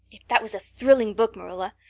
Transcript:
that was a thrilling book, marilla.